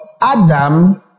Adam